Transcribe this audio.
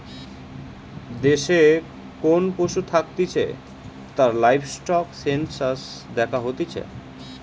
দেশে কোন পশু থাকতিছে তার লাইভস্টক সেনসাস দ্যাখা হতিছে